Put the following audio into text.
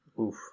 Oof